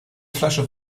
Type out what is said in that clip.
flasche